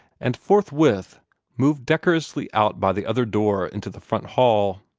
and forthwith moved decorously out by the other door into the front hall.